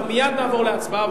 אנחנו מייד נעבור להצבעה.